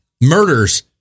murders